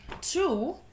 two